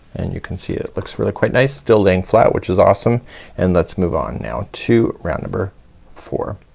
and you can see it looks really quite nice still laying flat, which is awesome and let's move on now to round number four.